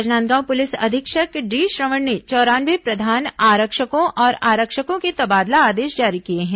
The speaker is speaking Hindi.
राजनांदगांव पुलिस अधीक्षक डी श्रवण ने चौरानवे प्रधान आरक्षकों और आरक्षकों के तबादला आदेश जारी किए हैं